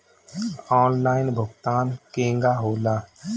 Online भुगतान केगा होला?